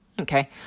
Okay